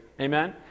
Amen